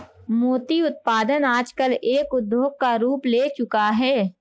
मोती उत्पादन आजकल एक उद्योग का रूप ले चूका है